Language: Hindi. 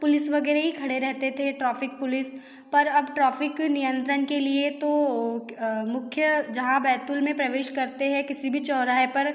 पुलिस वग़ैरह ही खड़े रहते थे ट्रॉफिक पुलिस पर अब ट्रॉफिक नियंत्रण के लिए तो वो मुख्य जहाँ बैतूल में प्रवेश करते हैं किसी भी चौराहे पर